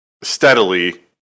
steadily